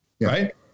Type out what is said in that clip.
Right